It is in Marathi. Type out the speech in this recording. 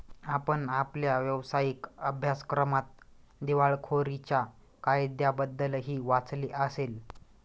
आपण आपल्या व्यावसायिक अभ्यासक्रमात दिवाळखोरीच्या कायद्याबद्दलही वाचले असेल